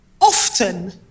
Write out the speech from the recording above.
often